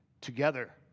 Together